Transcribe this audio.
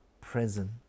present